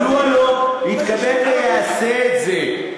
מדוע לא יתכבד ויעשה את זה?